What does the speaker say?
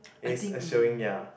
is uh showing ya